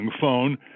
phone